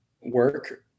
work